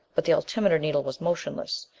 but the altimeter needle was motionless.